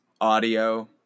audio